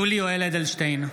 (קורא בשמות חברי הכנסת) יולי יואל אדלשטיין,